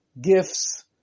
gifts